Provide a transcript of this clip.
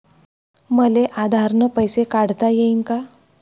मले आधार न पैसे काढता येईन का?